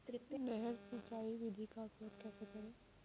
नहर सिंचाई विधि का उपयोग कैसे करें?